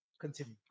continue